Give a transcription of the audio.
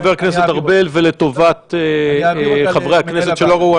חבר הכנסת ארבל ולטובת חברי הכנסת שלא ראו,